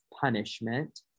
punishment